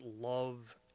love